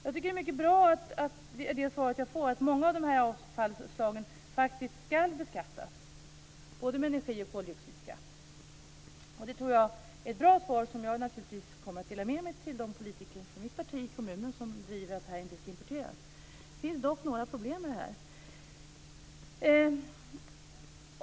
Jag tycker att det svar som jag har fått är mycket bra, att många av dessa avfallsslag faktiskt skall beskattas med både energi och koldioxidskatt. Det tror jag är ett bra svar som jag naturligtvis kommer att dela med mig av till de politiker från mitt parti i kommunen som driver att detta inte skall importeras. Det finns dock några problem med detta.